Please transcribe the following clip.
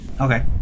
okay